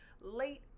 late